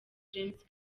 james